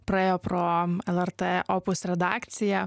praėjo pro lrt opus redakciją